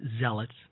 zealots